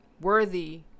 worthy